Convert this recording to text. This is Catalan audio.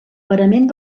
parament